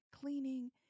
cleaning